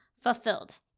fulfilled